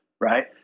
right